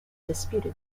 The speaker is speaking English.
disputed